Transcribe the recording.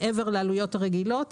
מעבר לעלויות הרגילות,